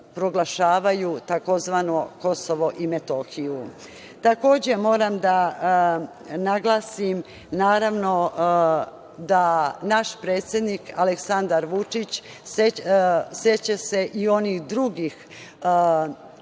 proglašavaju tzv. Kosovo i Metohiju. Takođe, moram da naglasim, naravno da naš predsednik Aleksandar Vučić se seća i onih drugih